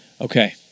Okay